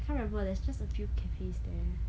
can't remember there's just a few cafes there